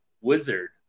wizard